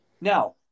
Now